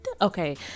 okay